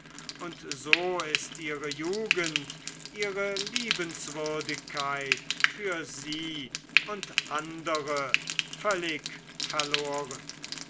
und so ist ihre jugend ihre liebens würdigkeit für sie und andere völlig verloren